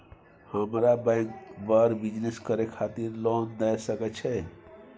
हमरा बैंक बर बिजनेस करे खातिर लोन दय सके छै?